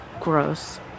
gross